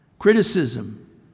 criticism